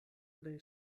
tre